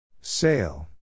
Sail